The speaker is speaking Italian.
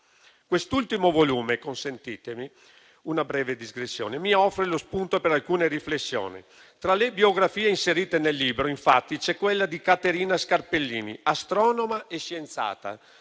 quest'ultimo volume mi offre lo spunto per alcune riflessioni. Tra le biografie inserite nel libro, infatti, c'è quella di Caterina Scarpellini, astronoma e scienziata.